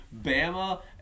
Bama